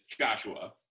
Joshua